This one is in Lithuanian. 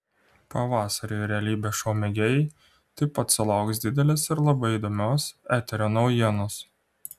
pavasarį realybės šou mėgėjai taip pat sulauks didelės ir labai įdomios eterio naujienos